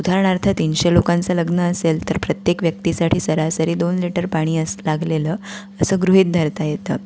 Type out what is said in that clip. उदाहरणार्थ तीनशे लोकांचं लग्न असेल तर प्रत्येक व्यक्तीसाठी सरासरी दोन लिटर पाणी असं लागलेलं असं गृहित धरता येतं